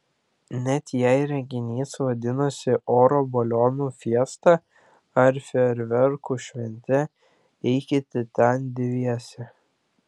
net jei renginys vadinasi oro balionų fiesta ar fejerverkų šventė eikite ten dviese